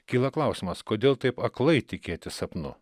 kyla klausimas kodėl taip aklai tikėti sapnu